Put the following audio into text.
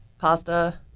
pasta